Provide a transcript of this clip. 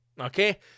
okay